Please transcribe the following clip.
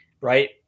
right